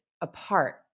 apart